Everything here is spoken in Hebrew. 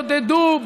עודדו,